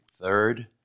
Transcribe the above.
third